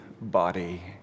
body